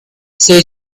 she